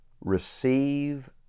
receive